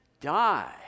die